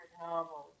novels